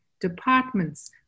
departments